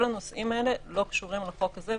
כל הנושאים האלה לא קשורים לחוק הזה.